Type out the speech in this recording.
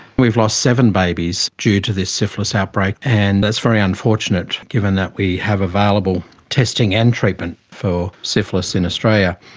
we've lost seven babies due to this syphilis outbreak, and that's very unfortunate given that we have available testing and treatment for syphilis in australia.